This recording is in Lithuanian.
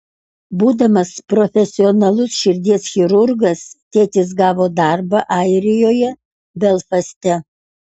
būdamas profesionalus širdies chirurgas tėtis gavo darbą airijoje belfaste